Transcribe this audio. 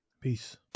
Peace